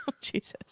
Jesus